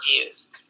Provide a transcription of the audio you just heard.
views